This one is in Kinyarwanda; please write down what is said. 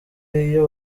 iyo